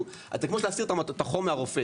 זה כמו להסיר את החום מהרופא,